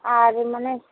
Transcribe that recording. আর মানে